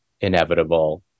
inevitable